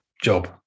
job